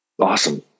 Awesome